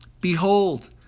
Behold